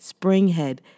springhead